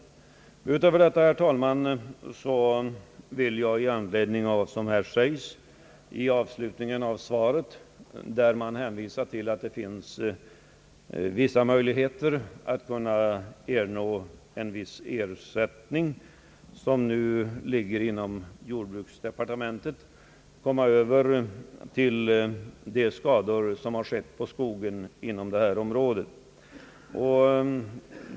Efter detta, herr talman, vill jag i anledning av vad som uttalas i avslutningen av svaret, nämligen att det finns möjligheter att i vissa fall erhålla ersättning från ett anslag inom jordbruksdepartementet, övergå till att beröra de skador som genom det inträffade åsamkats skogen inom de berörda områdena.